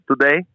today